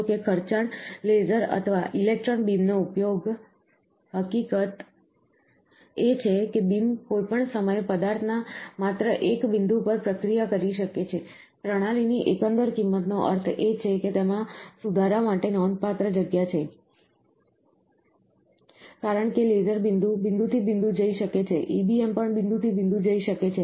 જો કે ખર્ચાળ લેસર અથવા ઇલેક્ટ્રોન બીમનો ઉપયોગ હકીકત એ છે કે બીમ કોઈપણ સમયે પદાર્થના માત્ર એક બિંદુ પર પ્રક્રિયા કરી શકે છે પ્રણાલીની એકંદર કિંમતનો અર્થ એ છે કે તેમાં સુધારા માટે નોંધપાત્ર જગ્યા છે કારણ કે લેસર બિંદુ બિંદુ થી બિંદુ જઈ શકે છે EBM પણ બિંદુ થી બિંદુ જઈ શકે છે